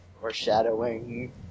Foreshadowing